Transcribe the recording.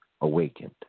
awakened